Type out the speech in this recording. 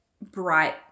bright